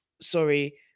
sorry